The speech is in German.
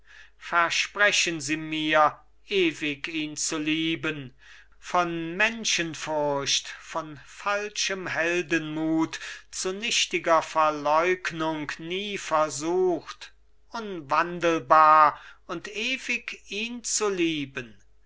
versprechen sie mir ewig ihn zu lieben von menschenfurcht von falschem heldenmut zu nichtiger verleugnung nie versucht unwandelbar und ewig ihn zu lieben